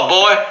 boy